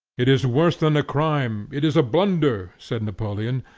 it is worse than a crime, it is a blunder, said napoleon,